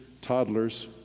toddlers